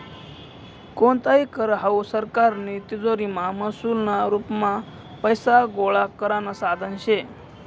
कोणताही कर हावू सरकारनी तिजोरीमा महसूलना रुपमा पैसा गोळा करानं साधन शे